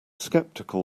skeptical